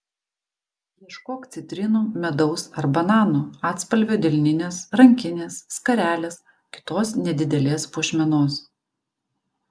ieškok citrinų medaus ar bananų atspalvio delninės rankinės skarelės kitos nedidelės puošmenos